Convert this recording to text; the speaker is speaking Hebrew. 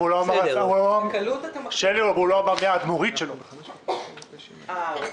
הרקע הכללי של ישי בביקורת בשנים האחרונות הוא